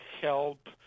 help